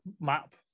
map